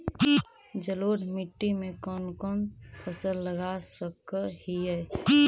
जलोढ़ मिट्टी में कौन कौन फसल लगा सक हिय?